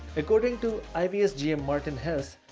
according to ivs gm martin hess,